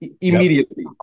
immediately